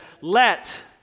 Let